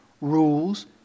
rules